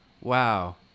Wow